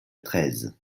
treize